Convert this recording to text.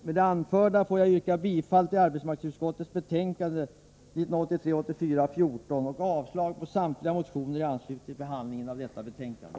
Med det anförda yrkar jag bifall till arbetsmarknadsutskottets hemställan i betänkandet 14 och alltså avslag på samtliga motioner som behandlats i anslutning till detta betänkande.